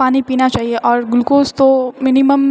पानि पीना चहिए आओर ग्लुकोज तो मिनिमम